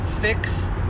fix